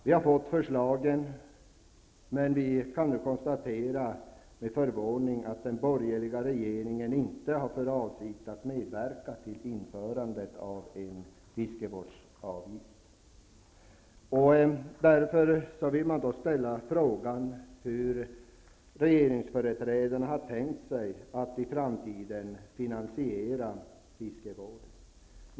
Vi har fått förslagen, och vi kan nu med förvåning konstatera att den borgerliga regeringen inte har för avsikt att medverka till införande av en fiskevårdsavgift. Jag vill därför ställa frågan hur regeringsföreträdarna har tänkt sig att i framtiden finansiera fiskevården.